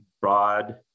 broad